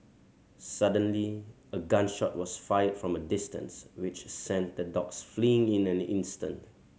suddenly a gun shot was fired from a distance which sent the dogs fleeing in an instant